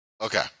Okay